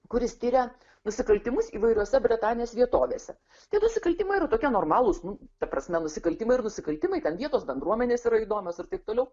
kuris tiria nusikaltimus įvairiose bretanės vietovėse tie nusikaltimai yra tokie normalūs nu ta prasme nusikaltimai ir nusikaltimai ten vietos bendruomenės yra įdomios ir taip toliau